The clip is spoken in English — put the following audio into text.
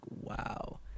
wow